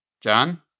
John